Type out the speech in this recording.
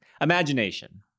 Imagination